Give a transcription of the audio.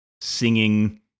singing